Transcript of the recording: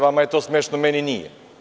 Vama je to smešno, meni nije.